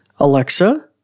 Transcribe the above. Alexa